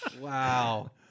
Wow